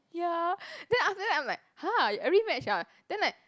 ya then after that I'm like !huh! you every match ah then like